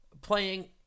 playing